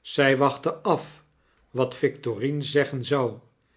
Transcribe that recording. zy wachtte af wat victorine zeggen zou